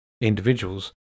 individuals